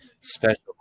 special